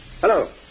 Hello